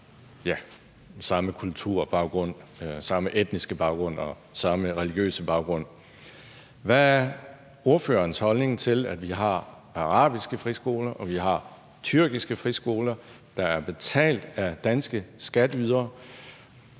og samme religiøse baggrund. Hvad er ordførerens holdning til, at vi har arabiske friskoler, og at vi har tyrkiske friskoler, der er betalt af danske skatteydere